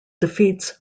defeats